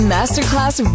Masterclass